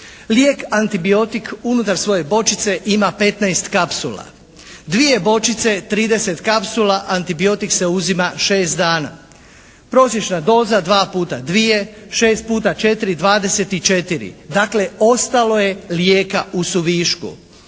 Lijek antibiotik unutar svoje bočice ima 15 kapsula. Dvije bočice 30 kapsula, antibiotik se uzima 6 dana. Prosječna doza dva puta dvije, šest puta četiri, 24. Dakle ostalo je lijeka u suvišku.